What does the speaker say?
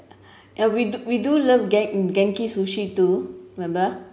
and we we do love gang~ genki sushi too remember